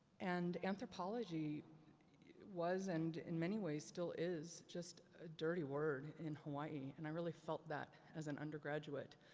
and anthropology was, and in many ways, still is just a dirty word in hawaii. and i really felt that as an undergraduate.